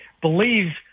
believes